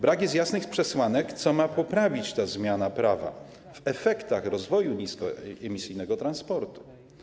Brak jest jasnych przesłanek, co ma poprawić ta zmiana prawa w zakresie efektów rozwoju niskoemisyjnego transportu.